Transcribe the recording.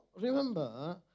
remember